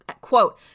quote